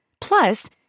Plus